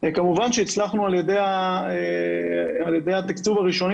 כמובן שהצלחנו על ידי התיקצוב הראשוני